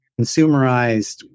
consumerized